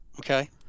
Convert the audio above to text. Okay